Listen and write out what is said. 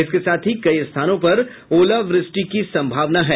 इसके साथ ही कई स्थानों पर ओलावृष्टि की संभावना है